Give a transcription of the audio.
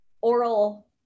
oral